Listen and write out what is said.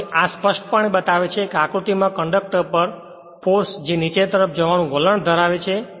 હવે આ સ્પષ્ટપણે બતાવે છે કે આકૃતિમાં કંડક્ટર પર ફોર્સ છે જે નીચે તરફ જવાનું વલણ ધરાવે છે